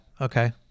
Okay